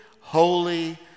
holy